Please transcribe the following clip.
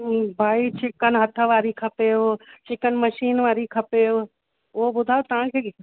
भाई चिकन हथ वारी खपेवु चिकन मशीन वारी खपेवु उहो ॿुधायो तव्हांखे के